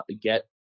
get